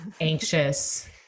anxious